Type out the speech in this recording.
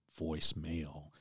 voicemail